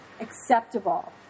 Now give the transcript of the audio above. acceptable